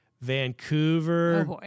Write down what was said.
Vancouver